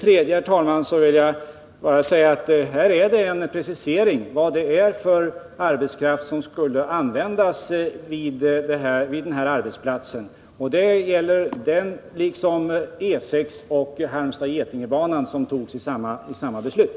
Vidare, herr talman, vill jag bara säga att här är det en precisering av vad det är för arbetskraft som skulle användas vid denna arbetsplats. Det gäller också E 6 och Halmstad-Getinge-banan, som togs i samma beslut.